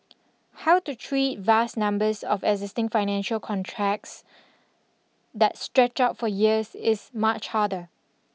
how to treat vast numbers of existing financial contracts that stretch out for years is much harder